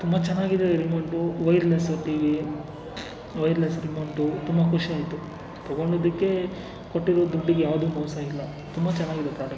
ತುಂಬ ಚೆನ್ನಾಗಿದೆ remote wireless TV wireless remote ತುಂಬ ಖುಷಿ ಆಯಿತು ತೊಗೊಂಡಿದ್ದಕ್ಕೆ ಕೊಟ್ಟಿರೋ ದುಡ್ಡಿಗೆ ಯಾವುದು ಮೋಸ ಇಲ್ಲ ತುಂಬ ಚೆನ್ನಾಗಿದೆ ಪ್ರಾಡಕ್ಟ್